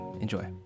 enjoy